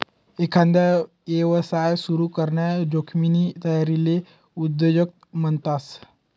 एकांदा यवसाय सुरू कराना जोखिमनी तयारीले उद्योजकता म्हणतस